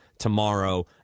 tomorrow